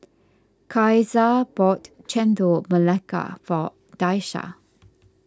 Caesar bought Chendol Melaka for Daisha